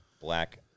black